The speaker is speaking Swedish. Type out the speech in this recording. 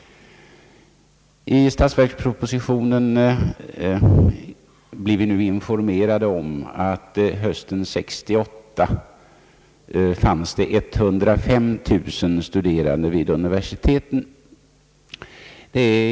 I årets statsverksproposition blir vi nu informerade om att det hösten 1968 fanns 105 000 studerande vid universiteten.